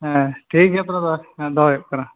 ᱦᱮᱸ ᱴᱷᱤᱠ ᱜᱮᱭᱟ ᱛᱟᱦᱚᱞᱮ ᱫᱚᱦᱚ ᱦᱩᱭᱩᱜ ᱠᱟᱱᱟ